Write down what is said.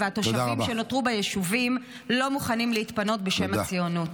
-- והתושבים שנותרו ביישובים לא מוכנים להתפנות בשם הציונות.